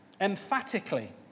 Emphatically